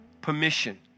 permission